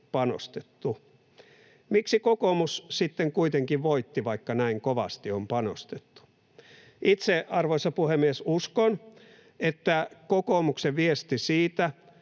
panostettu. Miksi kokoomus sitten kuitenkin voitti, vaikka näin kovasti on panostettu? Itse, arvoisa puhemies, uskon, että kokoomuksen viesti siitä,